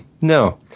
No